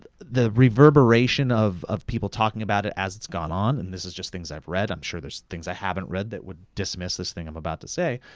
the reverberation of of people talking about it as it's gone on, and this is just things i've read, i'm sure there's thing i haven't read that would dismiss this thing i'm about to say,